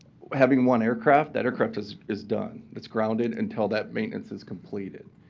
having one aircraft, that aircraft is is done. it's grounded until that maintenance is completed.